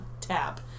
tap